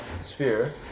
sphere